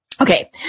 Okay